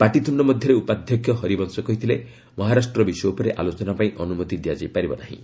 ପାଟିତ୍ୟୁ ମଧ୍ୟରେ ଉପାଧ୍ୟକ୍ଷ ହରିବଂଶ କହିଥିଲେ ମହାରାଷ୍ଟ୍ର ବିଷୟ ଉପରେ ଆଲୋଚନା ପାଇଁ ଅନୁମତି ଦିଆଯାଇ ପାରିବ ନାହିଁ